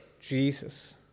Jesus